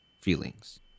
feelings